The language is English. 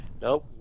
nope